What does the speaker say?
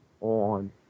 on